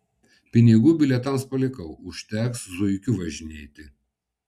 pinigų bilietams palikau užteks zuikiu važinėti